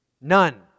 none